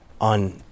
on